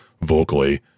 vocally